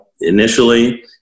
initially